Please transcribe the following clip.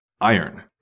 iron